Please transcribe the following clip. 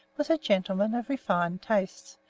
was a gentleman of refined tastes,